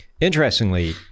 Interestingly